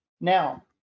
Now